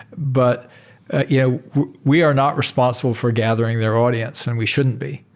but yeah we are not responsible for gathering their audience, and we shouldn't be.